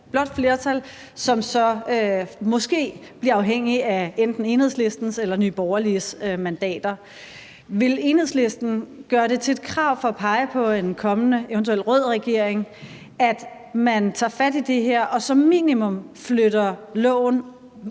blåt flertal, som så måske bliver afhængig af enten Enhedslistens eller Nye Borgerliges mandater. Vil Enhedslisten gøre det til et krav for at pege på en kommende eventuel rød regering, at man tager fat i det her og som minimum flytter loven